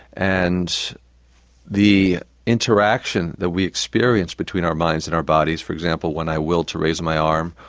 and the interaction that we experience between our minds and our bodies for example, when i will to raise my arm,